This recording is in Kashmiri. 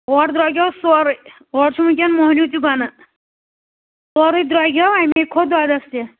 اورٕ درٛوٚگیو سورُے اورٕ چھُنہٕ وٕنۍکٮ۪ن مۄہنیوٗ تہِ بَنان سورُے درٛوٚگیو اَمےٚ کھوٚت دۄدَس تہِ